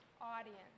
audience